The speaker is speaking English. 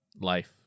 life